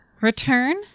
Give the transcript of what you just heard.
Return